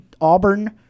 auburn